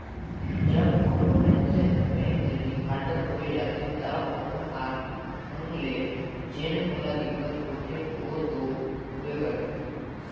जब कोनो मइनसे हर बेंक ले डिफाल्टर होए जाथे ता ओहर आरथिक ढंग ले जेन ओला दिक्कत होथे ओ दो होबे करथे